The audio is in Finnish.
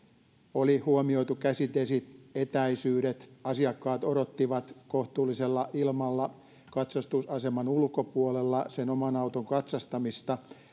oli huomioitu käsidesi etäisyydet asiakkaat odottivat kohtuullisella ilmalla katsastusaseman ulkopuolella sen oman auton katsastamista